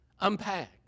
unpack